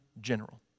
general